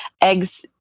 eggs